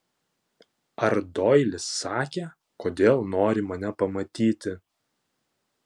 ar doilis sakė kodėl nori mane pamatyti